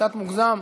קצת מוגזם.